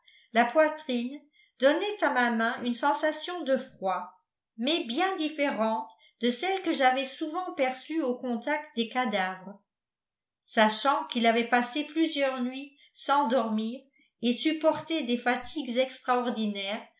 la poitrine donnaient à ma main une sensation de froid mais bien différente de celle que j'avais souvent perçue au contact des cadavres sachant qu'il avait passé plusieurs nuits sans dormir et supporté des fatigues extraordinaires